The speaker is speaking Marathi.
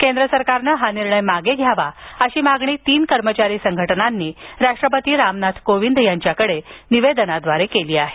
केंद्र सरकारनं हा निर्णय मागे घ्यावा अशी मागणी तीन कर्मचारी संघटनांनी राष्ट्रपती रामनाथ कोविंद यांच्याकडे निवेदनाद्वारे केली आहे